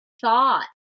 thought